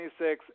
26